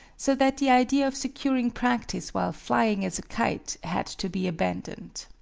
so that the idea of securing practice while flying as a kite had to be abandoned.